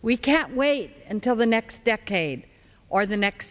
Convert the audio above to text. we can't wait until the next decade or the next